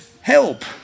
help